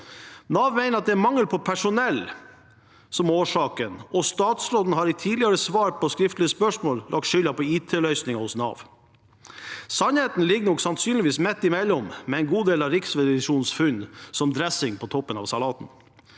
Nav mener at det er mangel på personell som er årsaken, og statsråden har i tidligere svar på skriftlig spørsmål lagt skylden på IT-løsninger hos Nav. Sannheten ligger sannsynligvis midt imellom, med en god del av Riksrevisjonens funn som dressing på toppen av salaten.